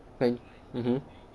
like mmhmm